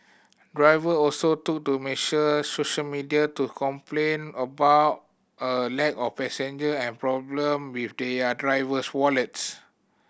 driver also took to make sure social media to complain about a lack of passenger and problem with their driver's wallets